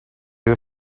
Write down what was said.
you